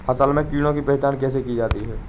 फसल में कीड़ों की पहचान कैसे की जाती है?